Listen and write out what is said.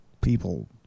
people